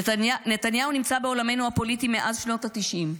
נתניהו נמצא בעולמנו הפוליטי מאז שנות התשעים,